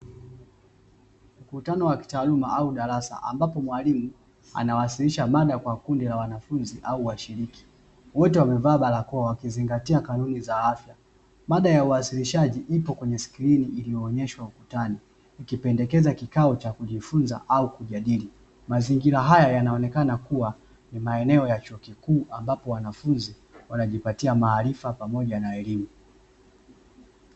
Mkutano wa kitaaluma au darasa ambapo mwalimu anawasilisha mada kwa kundi la wanafunzi au washiriki wote wamevaa barakoa wakizingatia kanuni za afya mada ya uwasilishaji ipo kwenye skrini iliyoonyeshwa ukutani ikipendekeza kikao cha kujifunza au kujadili, mazingira haya yanaonekana kua ni maeneo ya chuo kikuu ambapo wanafunzi wanajipatia maarifa pamoja na elimu.